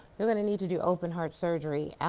you're gonna need to do open heart surgery